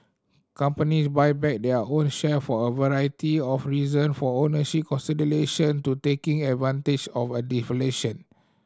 companies buy back their own share for a variety of reason for ownership consolidation to taking advantage of undervaluation